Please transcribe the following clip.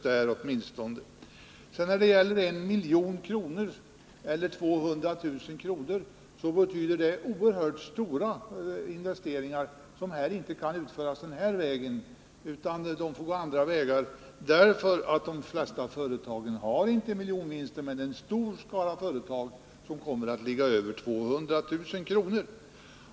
: När det sedan gäller frågan om 1 milj.kr. eller 200 000 kr. vill jag hävda att en gräns vid 1 milj.kr. skulle betyda oerhört stora investeringar, som inte kan göras den här vägen utan som får gå andra vägar. De flesta företagen har nämligen inte miljonvinster, men en stor skara kommer att ligga över 200 000 kr.